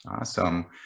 Awesome